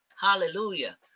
Hallelujah